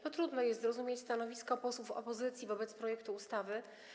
Trudno jest zrozumieć stanowisko posłów opozycji wobec projektu ustawy.